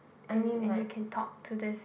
and and you can talk to this